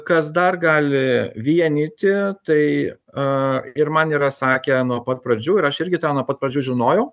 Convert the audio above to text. kas dar gali vienyti tai a ir man yra sakę nuo pat pradžių ir aš irgi tą nuo pat pradžių žinojau